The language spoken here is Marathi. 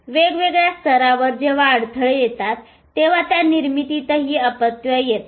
वेगवेगळ्या स्तरावर जेंव्हा अडथळे येतात तेंव्हा त्या निर्मितीतही व्यत्यय येतात